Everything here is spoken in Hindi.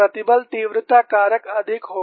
प्रतिबल तीव्रता कारक अधिक होगा